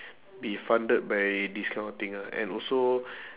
be funded by this kind of thing ah and also